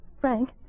Frank